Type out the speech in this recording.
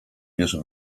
piesze